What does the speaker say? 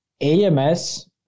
AMS